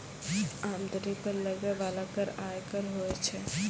आमदनी पर लगै बाला कर आयकर होय छै